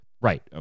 right